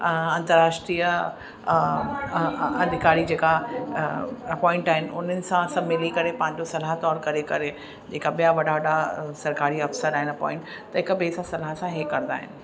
अंतरराष्ट्रीय अधिकारी जेका अपॉइंट आहिनि उन्हनि सां सभु मिली करे पंहिंजो सलाह तौर करे करे जेका ॿिया वॾा वॾा सरकारी अफसर आहिनि अपॉइंट त हिक ॿिए सां सलाह सां इहे कंदा आहिनि